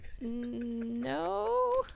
No